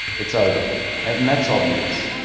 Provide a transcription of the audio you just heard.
it's over and that's obvious.